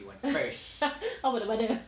how about the brother